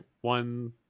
one